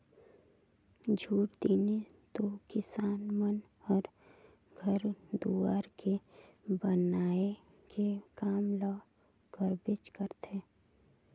झूर दिने तो किसान मन हर घर दुवार के बनाए के काम ल करबेच करथे